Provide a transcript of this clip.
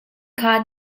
kha